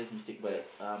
ya